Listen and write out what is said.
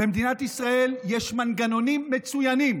במדינת ישראל יש מנגנונים מצוינים,